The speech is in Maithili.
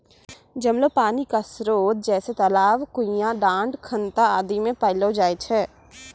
जमलो पानी क स्रोत जैसें तालाब, कुण्यां, डाँड़, खनता आदि म पैलो जाय छै